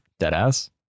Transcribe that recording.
Deadass